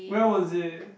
when was it